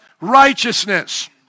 righteousness